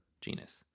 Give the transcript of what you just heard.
Genus